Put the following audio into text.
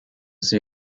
see